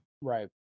Right